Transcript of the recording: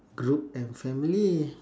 group and family